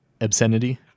obscenity